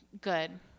good